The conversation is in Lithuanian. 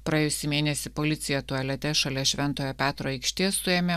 praėjusį mėnesį policija tualete šalia šventojo petro aikštės suėmė